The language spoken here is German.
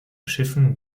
schiffen